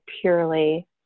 purely